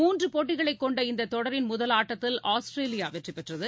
மூன்று போட்டிகளை கொண்ட இந்த தொடரின் முதல் ஆட்டத்தில் ஆஸ்திரேலியா வெற்றி பெற்றது